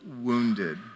wounded